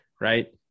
right